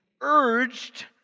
urged